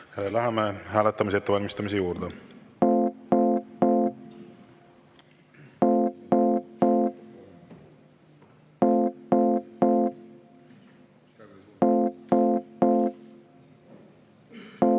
Läheme hääletamise ettevalmistamise juurde.